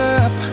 up